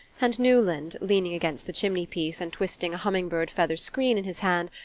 and newland, leaning against the chimney-place and twisting a humming-bird-feather screen in his hand,